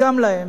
גם להם.